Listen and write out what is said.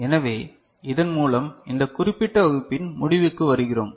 எனவே இதன் மூலம் இந்த குறிப்பிட்ட வகுப்பின் முடிவுக்கு வருகிறோம்